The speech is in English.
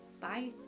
Bye